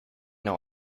know